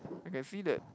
I can see that